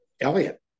Elliot